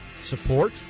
support